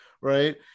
right